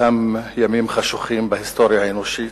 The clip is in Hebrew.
באותם ימים חשוכים בהיסטוריה האנושית,